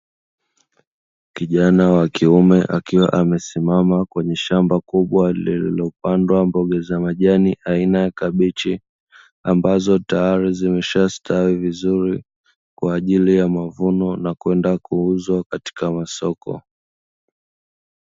Kijana wa kiume akiwa amesimama kwenye shamba kubwa, lililopandwa mboga za majani aina ya kabichi, ambazo tayari zimeshastawi vizuri kwa ajili ya mavuno na kwenda kuuzwa katika masoko.